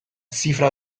zifra